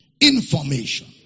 Information